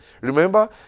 Remember